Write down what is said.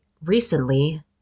recently